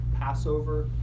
Passover